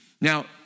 Now